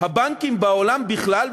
הבנקים בעולם בכלל,